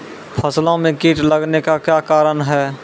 फसलो मे कीट लगने का क्या कारण है?